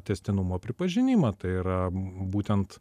tęstinumo pripažinimą tai yra būtent